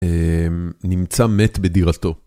נמצא מת בדירתו.